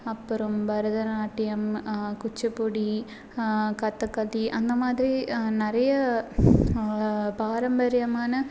அப்புறம் பரதநாட்டியம் குச்சிப்புடி கதகளி அந்த மாதிரி நிறைய பாரம்பரியமான